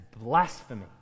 blasphemy